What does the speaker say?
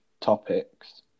topics